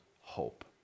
hope